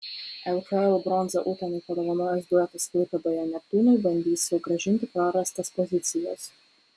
lkl bronzą utenai padovanojęs duetas klaipėdoje neptūnui bandys sugrąžinti prarastas pozicijas